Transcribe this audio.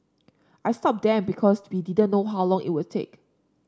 I stopped them because we didn't know how long it would take